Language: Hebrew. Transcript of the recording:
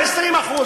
20%,